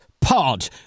Pod